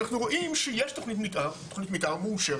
אנחנו רואים שיש תוכנית מתאר מאושרת,